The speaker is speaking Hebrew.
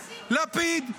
לפיד,